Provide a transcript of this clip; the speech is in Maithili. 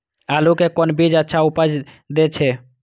आलू के कोन बीज अच्छा उपज दे छे?